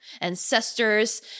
ancestors